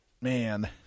man